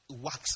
works